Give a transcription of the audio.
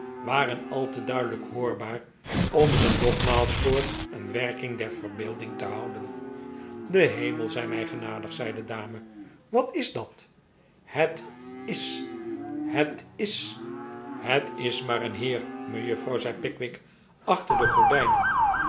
waren al te duidelijk hoorbaar om ze nogmaals voor een werking der verbeel ding te houden de hemel zij mij genadig zei de dame wat is dat het is het is het is maar een heer mejuffrouw zei pickwick achter de gordijnen